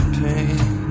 pain